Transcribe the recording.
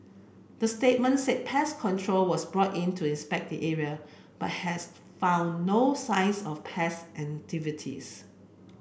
the statement said pest control was brought in to inspect the area but has found no signs of pest activity